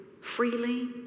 freely